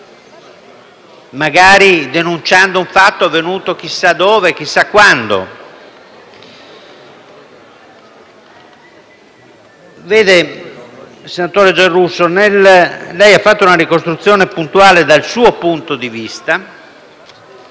magari denunciando un fatto avvenuto chissà dove e chissà quando. Il senatore Giarrusso ha fatto una ricostruzione puntuale dal suo punto di vista,